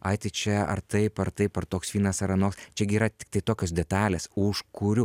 ai tai čia ar taip ar taip ar toks vynas ar anoks čia gi yra tiktai tokios detalės už kurių